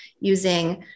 using